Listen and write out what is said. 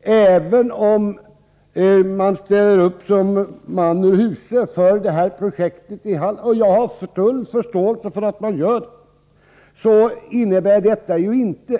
Även om man i Halland går man ur huse för det här projektet — jag har full förståelse för att man gör det — är detta inte en